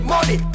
Money